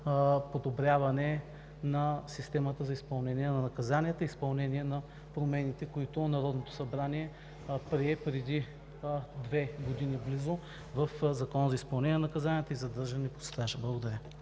подобряване системата за изпълнение на наказанията, изпълнение на промените, които Народното събрание прие преди близо две години в Закона за изпълнение на наказанията и задържане под стража. Благодаря.